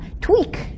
tweak